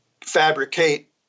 fabricate